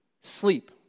sleep